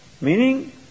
meaning